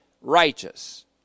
righteous